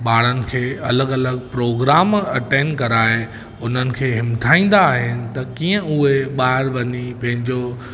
ॿारनि खे अलॻि अलॻि प्रोग्राम अटैंड कराए हुननि खे हिमथाईंदा आहिनि त कीअं उहे ॿाहिरि वञी पंहिंजो